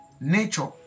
nature